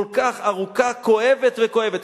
כל כך ארוכה, כואבת וכואבת.